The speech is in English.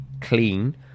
clean